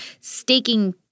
staking